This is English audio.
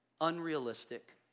unrealistic